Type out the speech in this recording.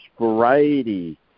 variety